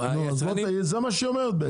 זה מה שהיא אומרת בעצם.